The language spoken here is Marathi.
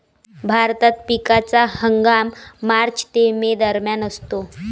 भारतात पिकाचा हंगाम मार्च ते मे दरम्यान असतो